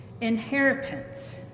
Inheritance